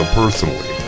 personally